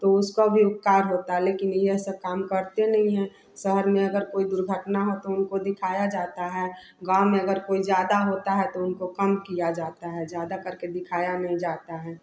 तो उसका भी उपकार होता लेकिन यह ऐसा काम करते नहीं है शहर में अगर कोई दुर्घटना है तो उनको दिखाया जाता है गाँव में अगर कोई ज़्यादा होता है तो उनको कम किया जाता है ज़्यादा करके दिखाया नहीं जाता है